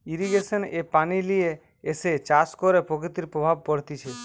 irrigation এ পানি লিয়ে এসে চাষ করে প্রকৃতির প্রভাব পড়তিছে